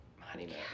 honeymoon